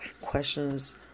questions